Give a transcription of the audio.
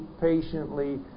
patiently